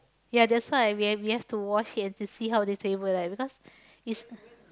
ya that's why we have we have to watch it to see how the trailer lah because it's